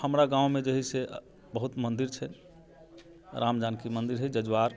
हमरा गाँवमे जे है से बहुत मन्दिर छै राम जानकी मन्दिर छै जजुवार